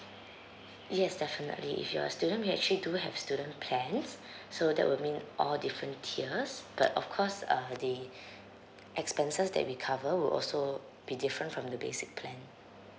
yes definitely if you're a student we actually do have student plans so that would mean all different tiers but of course uh the expenses that we cover will also be different from the basic plan